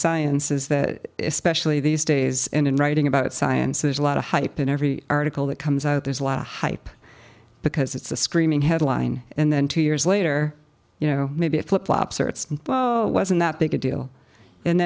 sciences that especially these days in writing about science there's a lot of hype in every article that comes out there's a lot of hype because it's a screaming headline and then two years later you know maybe a flip flops or it's wasn't that big a deal and